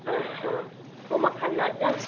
अच्छा पोइ मां खणणु अचां